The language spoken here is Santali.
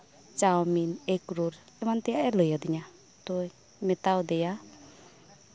ᱪᱟᱣᱢᱤᱱ ᱮᱜᱽᱨᱳᱞ ᱮᱢᱟᱱ ᱛᱮᱭᱟᱜᱼᱮ ᱞᱟᱹᱭ ᱟᱹᱫᱤᱧᱟ ᱛᱚᱧ ᱢᱮᱛᱟ ᱫᱮᱭᱟ